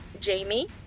Jamie